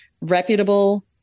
reputable